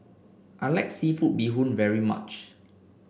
I like seafood Bee Hoon very much